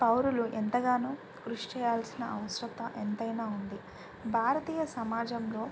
పౌరులు ఎంతగానో కృష్టి చేయాల్సిన ఆవశ్యకత ఎంతైనా ఉంది భారతీయ సమాజంలో